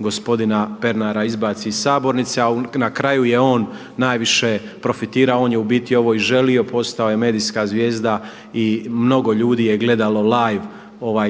gospodina Pernara izbaci iz sabornice. A na kraju je on najviše profitirao, on je u biti ovo i želio. Postao je medijska zvijezda i mnogo ljudi je gledalo live